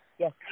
Yes